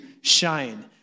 shine